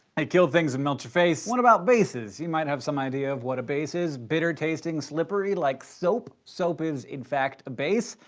they kill things and melt your face. what about bases? you might have some idea about what a base is bitter tasting, slippery like soap soap is in fact a base.